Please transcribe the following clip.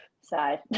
side